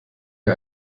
wir